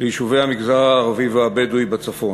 ליישובי המגזר הערבי והבדואי בצפון,